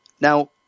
now